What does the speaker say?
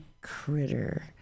critter